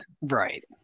right